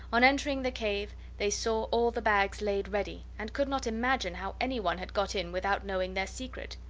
on entering the cave they saw all the bags laid ready, and could not imagine how anyone had got in without knowing their secret.